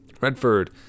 Redford